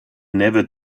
never